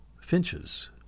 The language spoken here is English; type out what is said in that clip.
finches